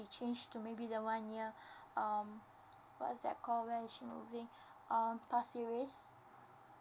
change to maybe the one near um what is that call where is she moving um pasir ris